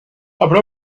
habrá